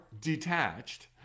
detached